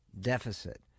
deficit